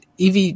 EV